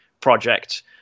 project